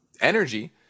energy